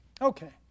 Okay